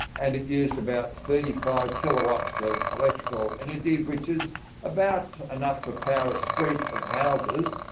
and it used about thirty five kilowatts of electrical energy, which is about enough to power a street of houses.